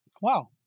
Wow